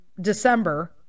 December